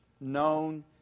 known